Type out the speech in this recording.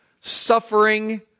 suffering